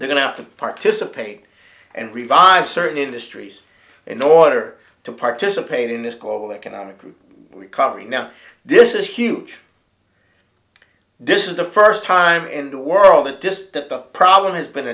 don't have to participate and revive certain industries in order to participate in this global economic recovery now this is huge this is the first time in the world it just that the problem has been